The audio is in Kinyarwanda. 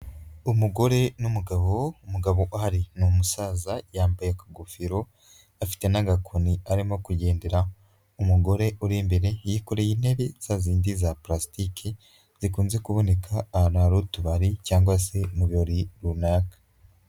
Umugore n'umugabo, umugabo uhari ni umusaza, yambaye akagofero, afite n'agakoni arimo kugenderaho, umugore uri imbere yikoreye intebe, za zindi za pulasitiki, zikunze kuboneka ahantu hari utubari cyangwa se mu birori runaka.